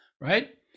right